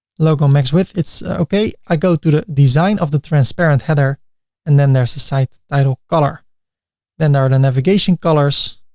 logo max width it's okay. i go to the design of the transparent header and then there's a site title color then there are the navigation colors,